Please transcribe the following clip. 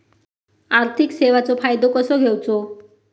आर्थिक सेवाचो फायदो कसो घेवचो?